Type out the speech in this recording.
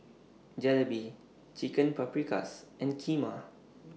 Jalebi Chicken Paprikas and Kheema